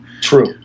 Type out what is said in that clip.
true